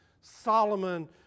Solomon